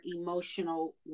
emotional